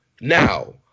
Now